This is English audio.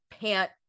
pant